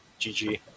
GG